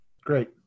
great